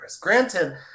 Granted